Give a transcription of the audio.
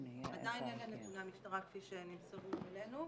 עדיין אלה נתוני המשטרה כפי שנמסרו אלינו.